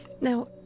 Now